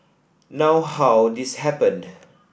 now how this happened